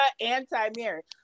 anti-marriage